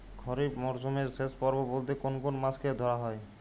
খরিপ মরসুমের শেষ পর্ব বলতে কোন কোন মাস কে ধরা হয়?